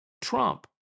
Trump